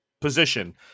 position